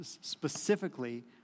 specifically